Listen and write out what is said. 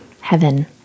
heaven